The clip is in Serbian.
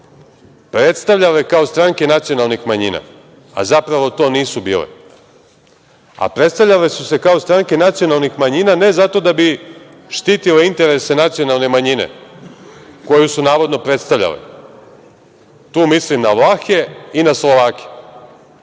predstavljale kao stranke nacionalnih manjina, a zapravo to nisu bile. A predstavljale su se kao stranke nacionalnih manjina ne zato da bi štitile interese nacionalne manjine, koju su navodno predstavljale, tu mislim na Vlahe i na Slovake,